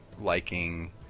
liking